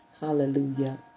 hallelujah